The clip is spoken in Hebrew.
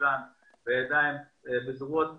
ונעשה זאת בזרועות פתוחות.